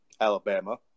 Alabama